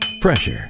Pressure